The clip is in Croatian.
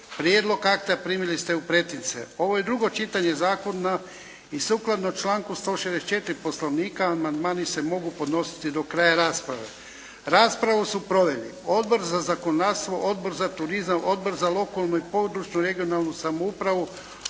Prijedlog akta primili ste u pretince. Ovo je drugo čitanje zakona i sukladno članku 164. Poslovnika, amandmani se mogu podnositi do kraja rasprave. Raspravu su proveli Odbor za zakonodavstvo, Odbor za turizam, Odbor za lokalnu i područnu (regionalnu) samoupravu,